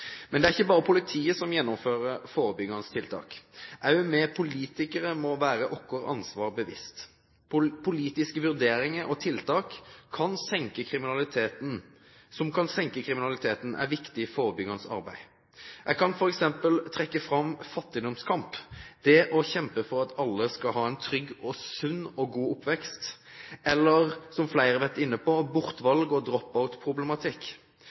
Men det er ikke bare politiet som gjennomfører forebyggende tiltak. Også vi politikere må være oss vårt ansvar bevisst. Politiske vurderinger og tiltak som kan senke kriminaliteten, er viktig forebyggende arbeid. Jeg kan f.eks. trekke fram fattigdomskamp, det å kjempe for at alle skal ha en trygg, sunn og god oppvekst, og det som flere har vært inne på, bortvalg og